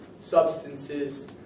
substances